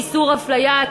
איסור הפליה),